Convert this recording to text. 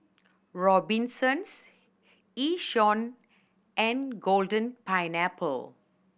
Robinsons Yishion and Golden Pineapple